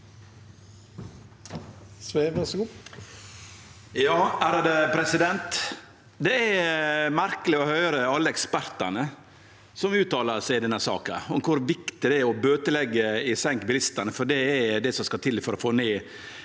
Sve (FrP) Det er merkeleg å høyre alle ekspertane som uttalar seg i denne saka om kor viktig det er å bøteleggje i senk bilistane, for det er det som skal til for å få ned